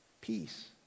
peace